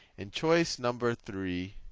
and choice number three